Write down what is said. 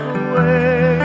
away